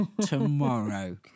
Tomorrow